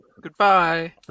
Goodbye